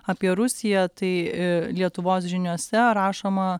apie rusiją tai lietuvos žiniose rašoma